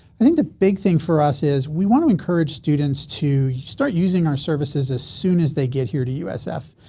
i think the big thing for us is we want to encourage students to start using our services as soon as they get here to usf.